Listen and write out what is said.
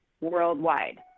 worldwide